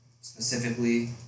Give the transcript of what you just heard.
specifically